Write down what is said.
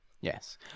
yes